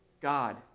God